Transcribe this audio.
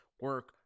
Work